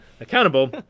accountable